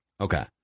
Okay